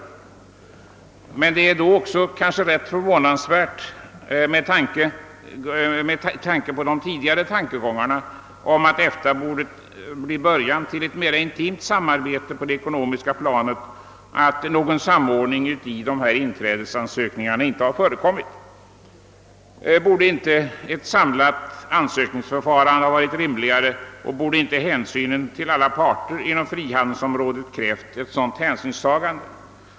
Men med tanke på de tidigare förhoppningarna att EFTA skulle bli början till ett mer intimt samarbete på det ekonomiska planet är det förvånansvärt att någon samordning inte förekommit när det gäller inträdesansökningarna. Hade inte ett samlat ansökningsförfarande varit rimligare, och borde inte hänsynen till alla parter inom frihandelsområdet ha krävt ett sådant förfarande?